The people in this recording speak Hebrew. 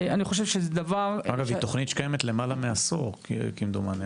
אגב, היא תוכנית שקיימת למעלה מעשור, כמדומני.